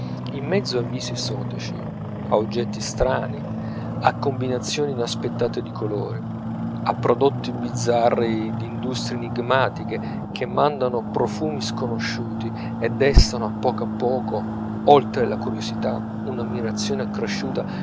in mezzo a visi esotici a oggetti strani a combinazioni inaspettate di colori a prodotti bizzarri d'industrie enigmatiche che mandano profumi sconosciuti e destano a poco a poco oltre la curiosità un'ammirazione accresciuta